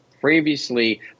previously